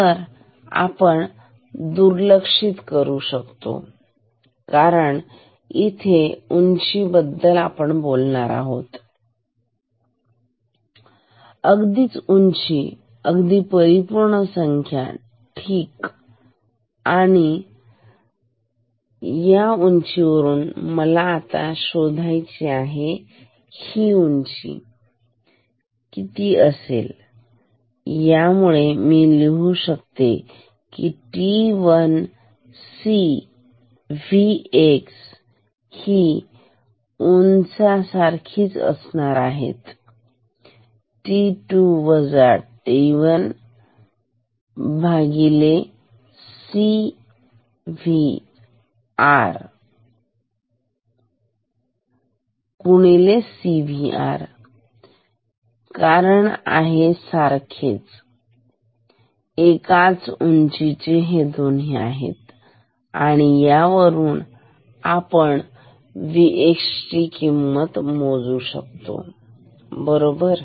तर या बाजूने आपण मोजू शकतो त्याची उंची CVr गुणिले वजा हा वेळ वजा आहे आणि मी त्याला दुर्लक्षित करू शकते कारण मी इथे उंची बद्दल बोलत आहे अगदीच उंची अगदी परिपूर्ण संख्या ठीक आणि या उंचीवरून मला आता शोधायची आहे ही उंची किती असेल आणि यामुळे मी लिहू शकतो की t1CVx ही सारखीच असणार आहे CVr कारण आहे सारखेच आहे एकाच उंचीची आहे आणि या वरून आपण मोजू Vx ची किंमत मोजू शकतो बरोबर